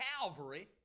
Calvary